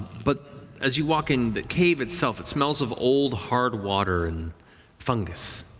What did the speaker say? but as you walk in, the cave itself, it smells of old hard water and fungus.